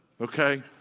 okay